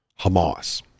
Hamas